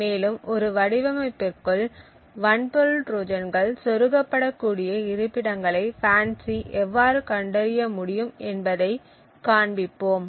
மேலும் ஒரு வடிவமைப்பிற்குள் வன்பொருள் ட்ரோஜான்கள் சொருகப்படகூடிய இருப்பிடங்களை FANCI எவ்வாறு கண்டறிய முடியும் என்பதைக் காண்பிப்போம்